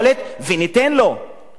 וניתן לו לשנות.